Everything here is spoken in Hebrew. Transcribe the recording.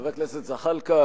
חבר הכנסת זחאלקה,